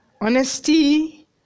honesty